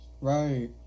Right